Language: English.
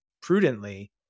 prudently